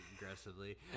Aggressively